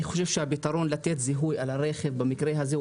אני חושב שהפתרון לתת זיהוי על הרכב במקרה הזה,